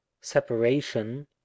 separation